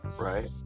right